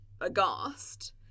aghast